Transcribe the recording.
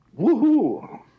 Woohoo